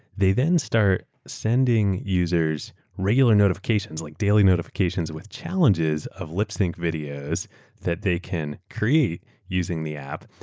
they then start sending users regular notifications, like daily notifications with challenges of lip sync videos that they can create using the app.